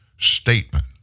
statement